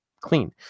clean